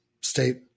state